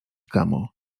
kamo